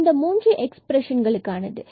இது மூன்று எக்ஸ்பிரஷன் க்கானது